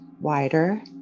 wider